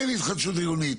אין התחדשות עירונית.